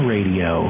Radio